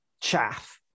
chaff